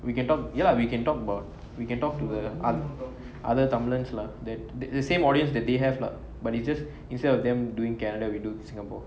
we can talk ya lah we can talk about we can talk to the other tamils lah then the the same audience that they have lah but it's just instead of them doing canada we do to singapore